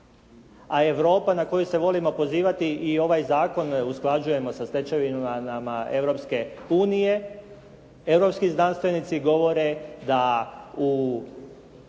a Europa na koju se volimo pozivati i ovaj zakon usklađujemo sa stečevinama Europske unije europski znanstvenici govore da u